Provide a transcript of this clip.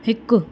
हिकु